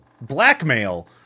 blackmail